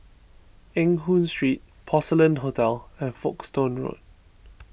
Eng Hoon Street Porcelain Hotel and Folkestone Road